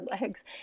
legs